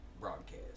broadcast